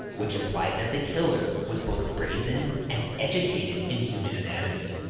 which implied that the killer was both brazen and educated in human anatomy.